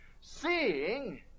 Seeing